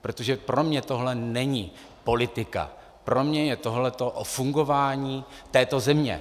Protože pro mě tohle není politika, pro mě je tohleto o fungování této země.